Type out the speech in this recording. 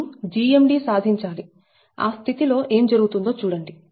మీరు GMD సాధించాలి ఆ స్థితిలో ఏం జరుగుతుందో చూడండి